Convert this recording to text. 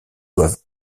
doivent